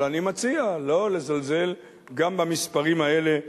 אבל אני מציע שלא לזלזל גם במספרים האלה.